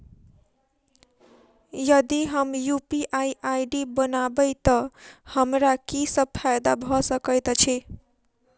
यदि हम UPI ID बनाबै तऽ हमरा की सब फायदा भऽ सकैत अछि?